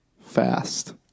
fast